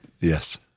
Yes